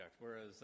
whereas